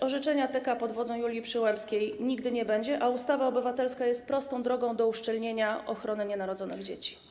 Orzeczenia TK pod wodzą Julii Przyłębskiej nigdy nie będzie, a ustawa obywatelska jest prostą drogą do uszczelnienia ochrony nienarodzonych dzieci.